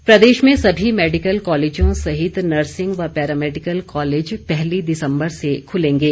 अमिताम अवस्थी प्रदेश में सभी मैडिकल कॉलेजों सहित नर्सिंग व पैरामैडिकल कॉलेज पहली दिसम्बर से खुलेंगे